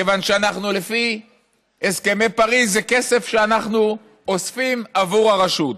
מכיוון שלפי הסכמי פריז זה כסף שאנחנו אוספים עבור הרשות.